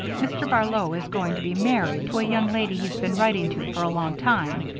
mr. barlow is going to be married to a young lady he's been writing to for a long time,